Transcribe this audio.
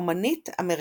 אמנית אמריקאית.